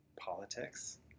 politics